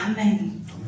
Amen